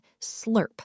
Slurp